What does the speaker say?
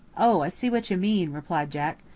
oh, i see what you mean, replied jack.